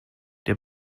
der